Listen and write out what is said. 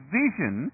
vision